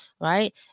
right